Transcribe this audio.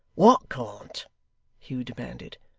what can't hugh demanded.